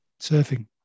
Surfing